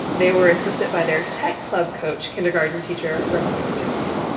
they were assisted by their tech club coach, kindergarten teacher, ramona richardson.